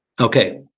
Okay